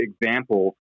example